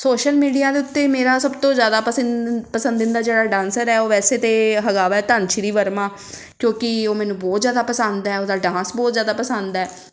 social media ਦੇ ਉੱਤੇ ਮੇਰਾ ਸਭ ਤੋਂ ਜ਼ਿਆਦਾ ਪਸੰਦ ਪਸੰਦੀਦਾ ਜਿਹੜਾ ਡਾਂਸਰ ਹੈ ਉਹ ਵੈਸੇ ਤਾਂ ਹੈਗਾ ਵੈ ਧਨ ਸ਼੍ਰੀ ਵਰਮਾ ਕਿਉਂਕਿ ਉਹ ਮੈਨੂੰ ਬਹੁਤ ਜ਼ਿਆਦਾ ਪਸੰਦ ਹੈ ਉਹਦਾ ਡਾਂਸ ਬਹੁਤ ਜ਼ਿਆਦਾ ਪਸੰਦ ਹੈ